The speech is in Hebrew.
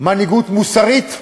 מנהיגות מוסרית,